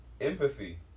Empathy